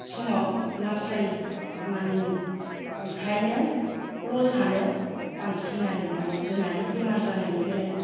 समाव लाब जायो माने ओमफ्रायनो लसआनो बांसिन आरो माने जुनारनि बेमार जानायनि बेलायाव